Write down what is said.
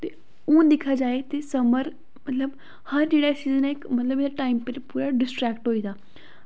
ते हून दिक्खेआ जाए ते समर मतलव हर जेह्ड़ा सीज़न ऐ इक मतलव जेह्ड़ा टाईम पर पूरा डिस्टरैक्ट होई दा